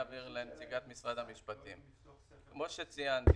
כמו שציינתי,